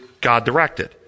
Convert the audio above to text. God-directed